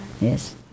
Yes